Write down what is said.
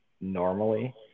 normally